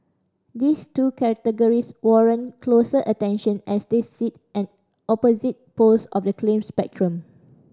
these two categories warrant closer attention as they sit at opposite poles of the claim spectrum